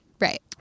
right